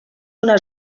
una